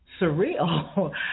surreal